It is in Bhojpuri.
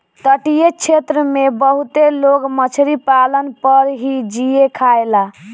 तटीय क्षेत्र में बहुते लोग मछरी पालन पर ही जिए खायेला